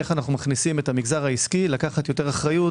איך אנו מכניסים את המגזר העסקי לקחת יותר אחריות